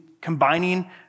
combining